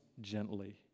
gently